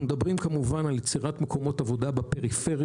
אנחנו מדברים על יצירת מקומות עבודה בפריפריה,